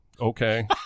okay